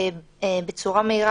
בצורה מהירה,